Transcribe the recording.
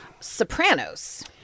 Sopranos